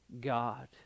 God